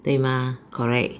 对吗 correct